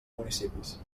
municipis